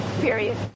period